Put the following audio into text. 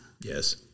Yes